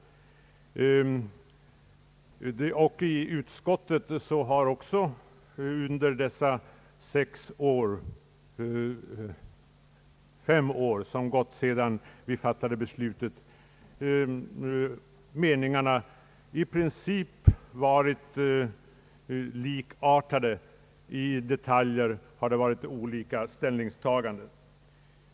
I utskottet har också under de år som gått sedan vi fattade beslutet meningarna i princip varit likartade, även om det i detaljer förekommit olika ställningstaganden.